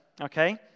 okay